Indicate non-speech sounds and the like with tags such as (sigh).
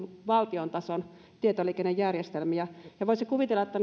valtion tason tietoliikennejärjestelmiä ja voisi kuvitella että (unintelligible)